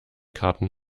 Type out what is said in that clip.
karten